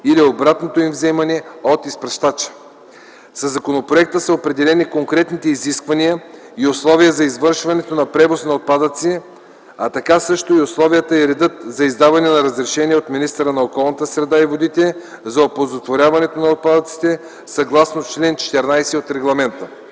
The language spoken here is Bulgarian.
или обратното им вземане от изпращача. Със законопроекта са определени конкретните изисквания и условия за извършването на превоз на отпадъци, а така също и условията и редът за издаването на разрешение от министъра на околната среда и водите за оползотворяването на отпадъците съгласно чл. 14 от регламента.